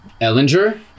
Ellinger